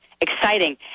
exciting